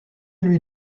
lui